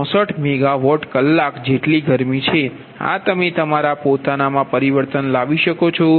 164 megawatt કલાક જેટલી ગરમી છે આ તમે તમારા પોતાનામાં પરિવર્તન લાવી શકો છો